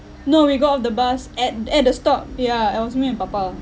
no we got off the bus at at the stop yeah it was me and papa